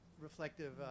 reflective